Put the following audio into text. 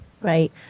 right